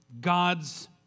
God's